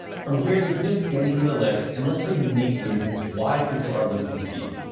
from here, you can just skim through the list and look for unique reasons why people are linking to you.